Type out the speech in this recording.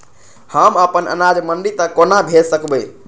हम अपन अनाज मंडी तक कोना भेज सकबै?